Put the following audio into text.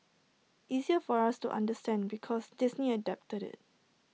easier for us to understand because Disney adapted IT